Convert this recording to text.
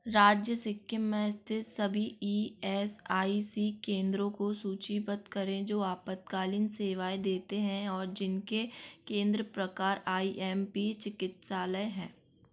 राज्य सिक्किम में स्थित सभी ई एस आई सी केंद्रों को सूचीबद्ध करें जो आपातकालीन सेवाएँ देते हैं और जिनके केंद्र प्रकार आई एम पी चिकित्सालय हैं